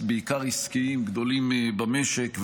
בעיקר עסקיים גדולים במשק,